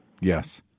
Yes